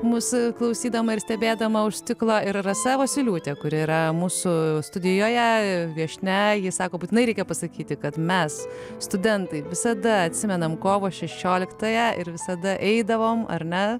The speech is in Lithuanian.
mus klausydama ir stebėdama už stiklo ir rasa vosyliūtė kuri yra mūsų studijoje viešnia ji sako būtinai reikia pasakyti kad mes studentai visada atsimenam kovo šešioliktąją ir visada eidavom ar ne